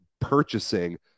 purchasing